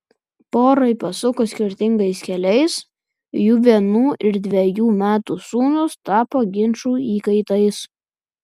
porai pasukus skirtingais keliais jų vienų ir dvejų metų sūnūs tapo ginčų įkaitais